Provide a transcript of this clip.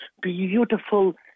beautiful